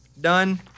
Done